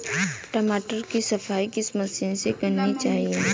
टमाटर की सफाई किस मशीन से करनी चाहिए?